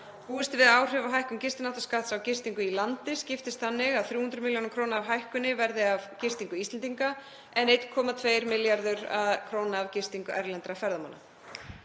Búist er við að áhrif af hækkun gistináttaskatts á gistingu í landi skiptist þannig að 300 millj. kr. af hækkuninni verði af gistingu Íslendinga en 1,2 milljarðar kr. af gistingu erlendra ferðamanna.